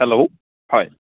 hello হয়